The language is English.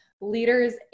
leaders